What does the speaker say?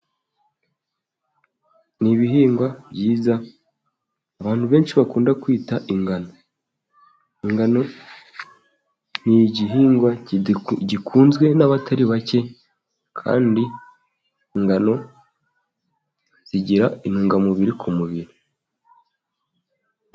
Ni ibihingwa byiza abantu benshi bakunda kwita ingano. Ingano ni igihingwa gikunzwe n'abatari bake, kandi ingano zigira intungamubiri ku mubiri.